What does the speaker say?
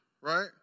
right